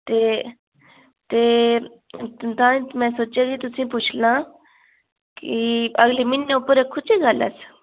ते ते तां गै में सोचेआ की तुसें ई पुच्छी लैं कि अगले म्हीनै उप्पर रक्खी ओड़चै गल्ल अस